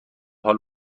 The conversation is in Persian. حال